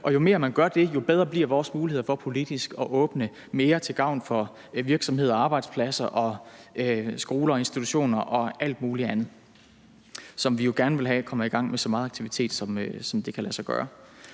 Og jo mere man gør det, jo bedre bliver vores muligheder for politisk at åbne mere til gavn for virksomheder, arbejdspladser, skoler, institutioner og alt muligt andet, som vi jo gerne vil have kommer i gang med så meget aktivitet, som det kan lade sig gøre.